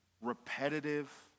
repetitive